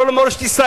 לא מורשת ישראל,